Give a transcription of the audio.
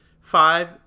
Five